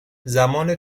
زمان